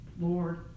Lord